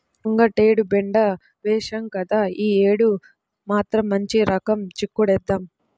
ముంగటేడు బెండ ఏశాం గదా, యీ యేడు మాత్రం మంచి రకం చిక్కుడేద్దాం